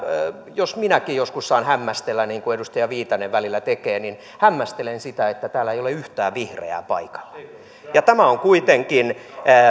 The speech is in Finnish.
jos minäkin joskus saan hämmästellä niin kuin edustaja viitanen välillä tekee niin kyllä hämmästelen sitä että täällä ei ole yhtään vihreää paikalla tämä on kuitenkin